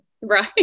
Right